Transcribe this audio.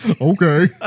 Okay